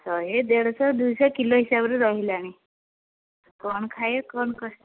ଶହେ ଦେଢ଼ଶହ ଦୁଇଶହ କିଲୋ ହିସାବରେ ରହିଲାଣି କଣ ଖାଇବ କଣ କରି